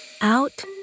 out